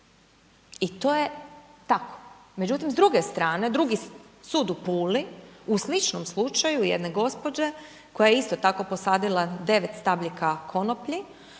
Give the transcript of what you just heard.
i to je tako. Međutim, s druge strane, drugi sud u Puli u sličnom slučaju jedne gospođe koja je isto tako posadila 9 stabljika konoplji,